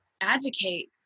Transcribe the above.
advocate